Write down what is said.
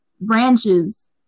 branches